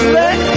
let